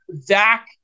Zach